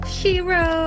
Shiro